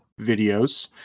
videos